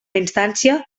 instància